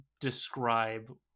describe